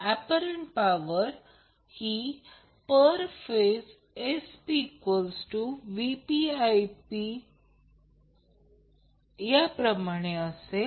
apparent power पर phase ही SpVpIp याप्रमाणे असेल